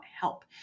help